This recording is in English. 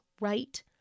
right